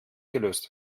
gelöst